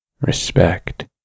respect